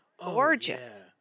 gorgeous